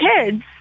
kids